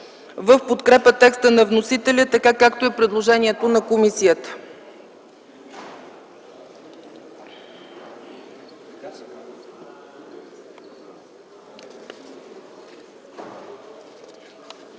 в подкрепа текста на вносителя, така както е предложението на комисията.